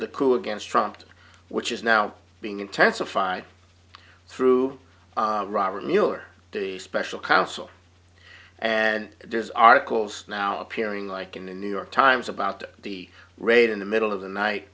the cool against trumped which is now being intensified through robert mueller the special counsel and there's articles now appearing like in the new york times about the raid in the middle of the night